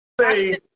say